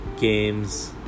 games